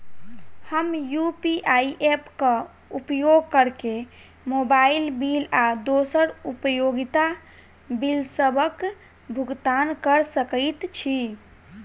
हम UPI app क उपयोग करके मोबाइल बिल आ दोसर उपयोगिता बिलसबक भुगतान कर सकइत छि